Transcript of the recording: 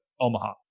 Omaha